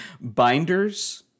Binders